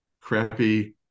crappy